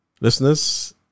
Listeners